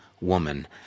woman